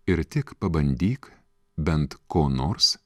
ir tik pabandyk bent ko nors